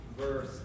verse